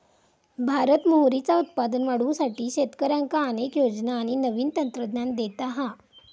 भारत मोहरीचा उत्पादन वाढवुसाठी शेतकऱ्यांका अनेक योजना आणि नवीन तंत्रज्ञान देता हा